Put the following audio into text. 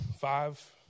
five